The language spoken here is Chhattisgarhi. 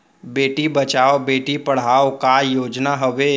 बेटी बचाओ बेटी पढ़ाओ का योजना हवे?